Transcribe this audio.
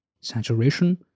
saturation